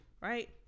right